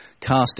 cast